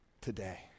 today